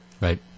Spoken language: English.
Right